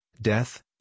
death